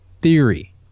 theory